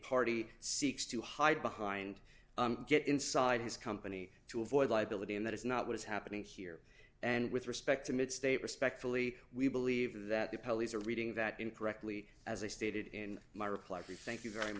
party seeks to hide behind get inside his company to avoid liability and that is not what is happening here and with respect to mid state respectfully we believe that the police are reading that incorrectly as i stated in my reply brief thank you very